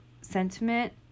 sentiment